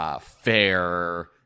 fair